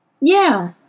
Yeah